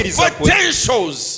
potentials